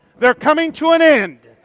they're coming to an end,